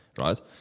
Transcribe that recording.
Right